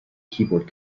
keyboard